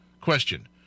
Question